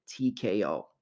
TKO